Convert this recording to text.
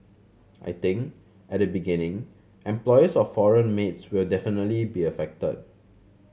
I think at the beginning employers of foreign maids will definitely be affected